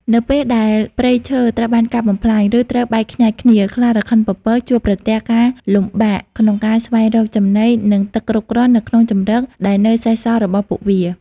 នៅពេលដែលព្រៃឈើត្រូវបានកាប់បំផ្លាញ ឬត្រូវបែកខ្ញែកគ្នា ខ្លារខិនពពកជួបប្រទះការលំបាកក្នុងការស្វែងរកចំណី និងទឹកគ្រប់គ្រាន់នៅក្នុងជម្រកដែលនៅសេសសល់របស់ពួកវា។